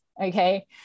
Okay